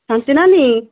ଶାନ୍ତି ନାନୀ